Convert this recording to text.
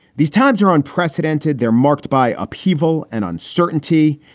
these times are unprecedented. they're marked by upheaval and uncertainty.